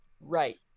Right